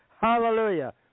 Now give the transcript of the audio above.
Hallelujah